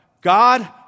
God